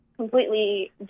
completely